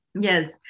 Yes